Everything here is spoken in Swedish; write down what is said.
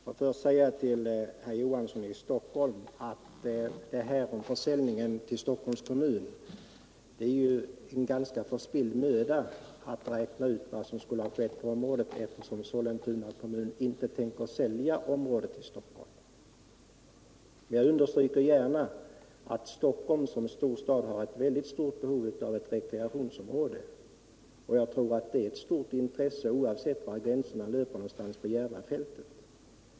Herr talman! Jag vill först säga till herr Olof Johansson i Stockholm att det är förspilld möda att försöka räkna ut vad som skulle ha skett med det område som Stockholms kommun skulle köpa, eftersom Sollentuna kommun inte tänker sälja området till Stockholm. Jag understryker gärna att Stockholm som storstad har ett mycket stort behov av ett rekreationsområde, och jag tror att det är ett stort intresse oavsett var gränserna löper på Järvafältet.